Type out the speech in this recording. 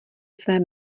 své